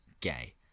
gay